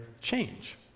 change